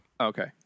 Okay